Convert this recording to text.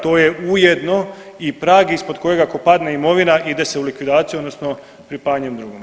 To je ujedno i prag ispod kojega ako padne imovina ide se u likvidaciju, odnosno pripajanjem drugome.